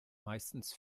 meistens